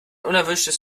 unerwünschtes